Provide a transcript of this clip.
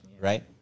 right